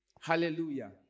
Hallelujah